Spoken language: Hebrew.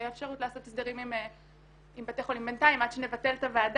תהיה אפשרות לעשות הסדרים עם בתי חולים בינתיים עד שנבטל את הוועדה